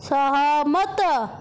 ସହମତ